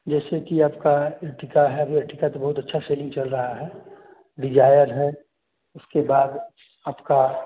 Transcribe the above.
जैसे कि आपका इंडिका है अभी अर्टिगा का बहोत अच्छा सेलिंग चल रहा है डिजायर है उसके बाद आपका